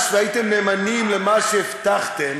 והייתם נאמנים למה שהבטחתם,